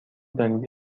دانید